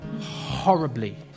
horribly